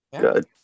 Good